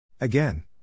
Again